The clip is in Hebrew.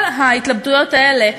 כל ההתלבטויות האלה,